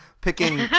picking